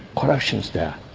corruption is there.